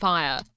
Fire